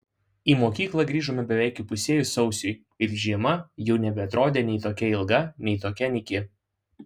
į mokyklą grįžome beveik įpusėjus sausiui ir žiema jau nebeatrodė nei tokia ilga nei tokia nyki